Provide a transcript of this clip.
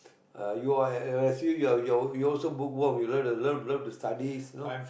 uh you are at a assume you're you're you are also bookworm you love to love love to study you know